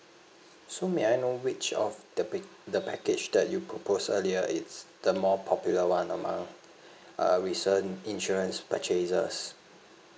so may I know which of the pac~ the package that you proposed earlier is the more popular one among uh recent insurance purchasers